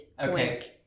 Okay